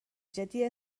جدی